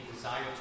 desire